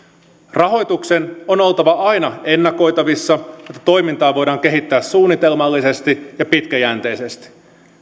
rahoituksen on oltava aina ennakoitavissa jotta toimintaa voidaan kehittää suunnitelmallisesti ja pitkäjänteisesti